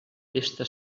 testa